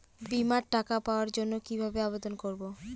বিমার টাকা পাওয়ার জন্য কিভাবে আবেদন করব?